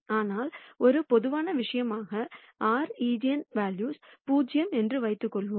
ஆனால் ஒரு பொதுவான விஷயமாக r ஈஜென்வெல்யூ 0 என்று வைத்துக் கொள்வோம்